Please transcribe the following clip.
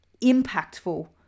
impactful